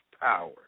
power